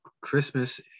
Christmas